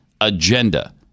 agenda